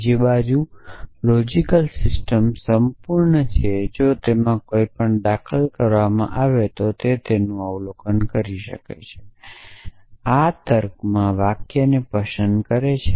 બીજી બાજુ logical system સંપૂર્ણ છે જો તેમાં કંઇપણ દાખલ કરવામાં આવી શકે છે તેનું તે અવલોકન કરી શકે છે આ તર્ક માં વાક્યોને પસંદ કરે છે